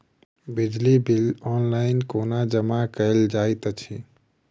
बिजली bill online कोना जमा कएल जाइत अछि?